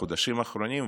בחודשים האחרונים,